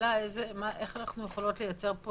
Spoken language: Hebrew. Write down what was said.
השאלה היא איך אנחנו יכולות לייצר פה